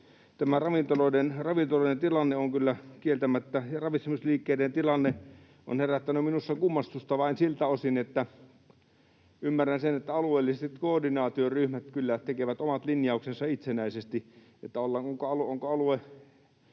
Tämä ravintoloiden ja ravitsemisliikkeiden tilanne on kyllä kieltämättä herättänyt minussa kummastusta vain siltä osin, että vaikka ymmärrän sen, että alueelliset koordinaatioryhmät kyllä tekevät omat linjauksensa itsenäisesti siitä, onko alue,